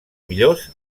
millors